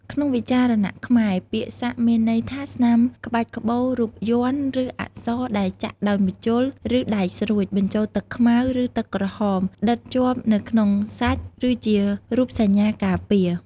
ក្នុងវិចារណៈខ្មែរ ពាក្យ "សាក់" មានន័យជាស្នាមក្បាច់ក្បូរ រូប យ័ន្ត ឬអក្សរដែលចាក់ដោយម្ជុល ឬដែកស្រួច បញ្ចូលទឹកខ្មៅ ឬទឹកក្រហម ដិតជាប់នៅក្នុងសាច់ ឬជារូបសញ្ញាការពារ។